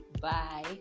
bye